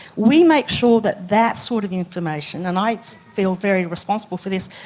we make sure that that sort of information, and i feel very responsible for this,